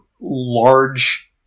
large